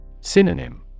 Synonym